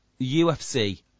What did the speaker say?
UFC